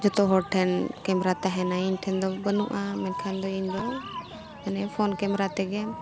ᱡᱚᱛᱚ ᱦᱚᱲ ᱴᱷᱮᱱ ᱠᱮᱢᱮᱨᱟ ᱛᱟᱦᱮᱱᱟ ᱤᱧᱴᱷᱮᱱ ᱫᱚ ᱵᱟᱹᱱᱩᱜᱼᱟ ᱢᱮᱱᱠᱷᱟᱱ ᱫᱚ ᱤᱧᱫᱚ ᱢᱟᱱᱮ ᱯᱷᱳᱱ ᱠᱮᱢᱮᱨᱟ ᱛᱮᱜᱮ